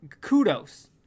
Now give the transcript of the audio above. kudos